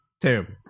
Terrible